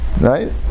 Right